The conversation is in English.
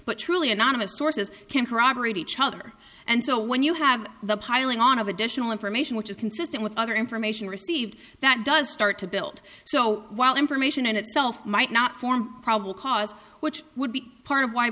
but truly anonymous sources can corroborate each rather and so when you have the piling on of additional information which is consistent with other information received that does start to build so while information itself might not form probable cause which would be part of why